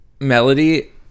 melody